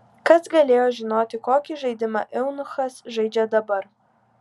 kas galėjo žinoti kokį žaidimą eunuchas žaidžia dabar